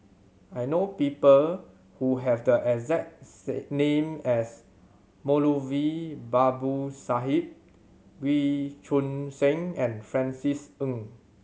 I know people who have the exact name as Moulavi Babu Sahib Wee Choon Seng and Francis Ng